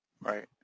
right